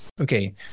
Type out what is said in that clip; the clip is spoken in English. okay